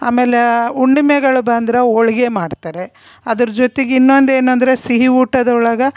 ಆಮೇಲೆ ಹುಣ್ಣಿಮೆಗಳು ಬಂದರೆ ಹೋಳ್ಗೆ ಮಾಡ್ತಾರೆ ಅದ್ರ ಜೊತಿಗೆ ಇನ್ನೊಂದು ಏನು ಅಂದರೆ ಸಿಹಿ ಊಟದೊಳಗೆ